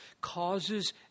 causes